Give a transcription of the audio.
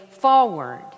forward